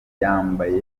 yambaye